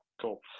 Cool